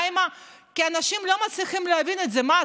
כי אנשים לא מצליחים להבין את זה: מה,